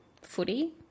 Footy